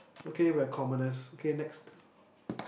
okay we're communals okay next